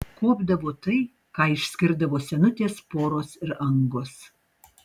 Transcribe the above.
kuopdavo tai ką išskirdavo senutės poros ir angos